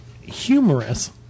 humorous